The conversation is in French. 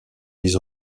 mis